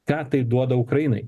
ką tai duoda ukrainai